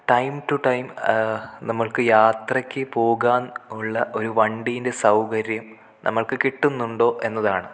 time to time നമ്മൾക്ക് യാത്രയ്ക്ക് പോകാനുള്ള ഒരു വണ്ടീൻ്റെ സൗകര്യം നമ്മൾക്കു കിട്ടുന്നുണ്ടോ എന്നതാണ്